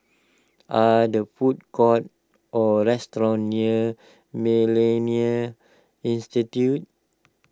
are there food courts or restaurants near Millennia Institute